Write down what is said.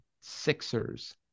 Sixers